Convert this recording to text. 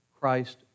Christ